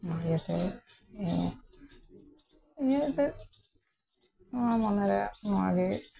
ᱱᱚᱣᱟ ᱤᱭᱟᱹᱛᱮ ᱤᱧᱟᱹᱜ ᱱᱚᱣᱟ ᱢᱚᱱᱮᱨᱮ ᱱᱚᱣᱟ ᱜᱮ